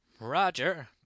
Roger